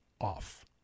off